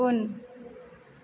उन